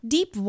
Deep